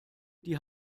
die